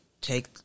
take